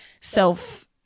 self